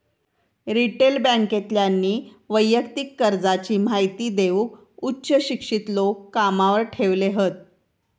retail बॅन्केतल्यानी वैयक्तिक कर्जाची महिती देऊक उच्च शिक्षित लोक कामावर ठेवले हत